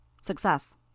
Success